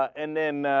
and then ah.